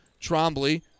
Trombley